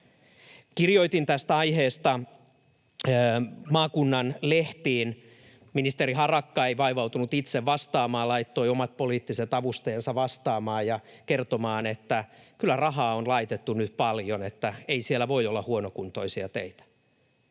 Kirjoitin tästä aiheesta maakunnan lehtiin. Ministeri Harakka ei vaivautunut itse vastaamaan, laittoi omat poliittiset avustajansa vastaamaan ja kertomaan, että kyllä rahaa on laitettu nyt paljon, että ei siellä voi olla huonokuntoisia teitä.